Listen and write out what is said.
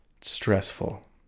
Stressful